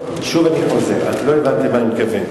שוב אני חוזר, את לא הבנת למה אני מתכוון.